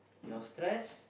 your stress